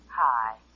Hi